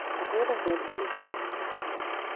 i thought i heard indistinct sounds,